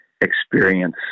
experience